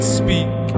speak